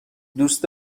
دوست